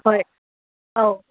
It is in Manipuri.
ꯍꯣꯏ ꯑꯧ